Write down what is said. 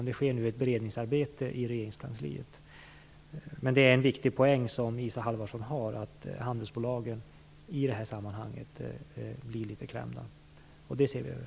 Det sker nu ett beredningsarbete i regeringskansliet. Men det är en viktig poäng som Isa Halvarsson har, att handelsbolagen i det här sammanhanget blir litet klämda. Det ser vi över.